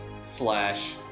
slash